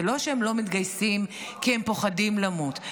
זה לא שהם לא מתגייסים כי הם פוחדים למות.